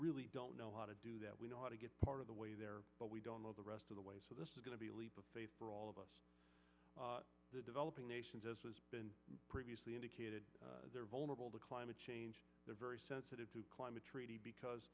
really don't know how to do that we know how to get part of the way there but we don't know the rest of the way so this is going to be a leap of faith for all of us the developing nations as previously indicated they're vulnerable to climate change they're very sensitive to climate treaty because